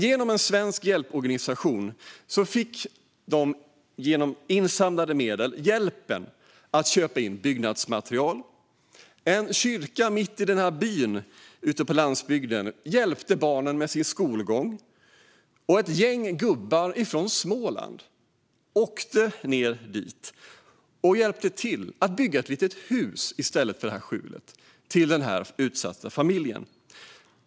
Genom en svensk hjälporganisation fick Andreis familj med hjälp av insamlade medel möjlighet att köpa in byggnadsmaterial. En kyrka mitt i byn på landsbygden hjälpte barnen med skolgången. Ett gäng gubbar från Småland åkte dit och hjälpte till att bygga ett litet hus i stället för skjulet till den utsatta familjen.